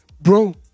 Bro